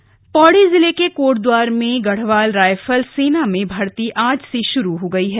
सेना भर्ती पौड़ी जिले के कोटद्वार में गढ़वाल रायफल सेना में भर्ती आज से शुरू हो गई है